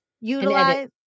utilize